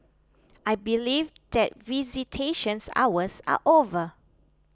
I believe that visitation hours are over